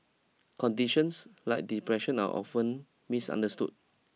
conditions like depression are often misunderstood